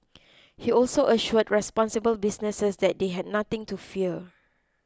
he also assured responsible businesses that they had nothing to fear